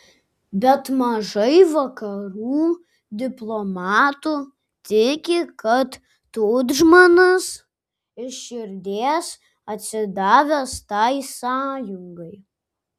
bet mažai vakarų diplomatų tiki kad tudžmanas iš širdies atsidavęs tai sąjungai